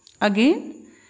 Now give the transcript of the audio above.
again